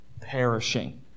perishing